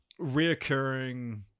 reoccurring